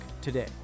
today